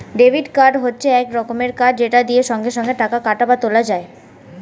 debit card হচ্ছে এক রকমের কার্ড যেটা দিয়ে সঙ্গে সঙ্গে টাকা কাটা বা তোলা যায়